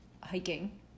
Hiking